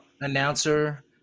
announcer